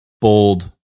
bold